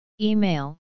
Email